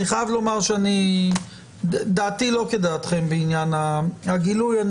אני חייב לומר שדעתי לא כדעתכם בעניין הגילוי.